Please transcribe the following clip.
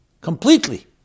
Completely